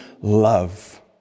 love